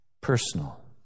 personal